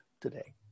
today